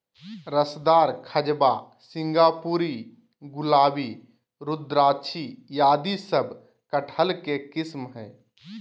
रसदार, खजवा, सिंगापुरी, गुलाबी, रुद्राक्षी आदि सब कटहल के किस्म हय